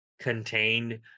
contained